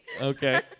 Okay